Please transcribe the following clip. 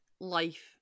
life